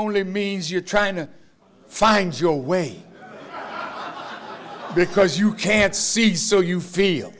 only means you're trying to find your way because you can't see so you feel